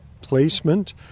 placement